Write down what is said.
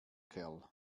kerl